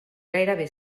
gairebé